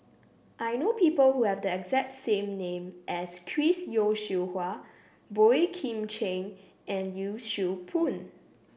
I know people who have the exact same name as Chris Yeo Siew Hua Boey Kim Cheng and Yee Siew Pun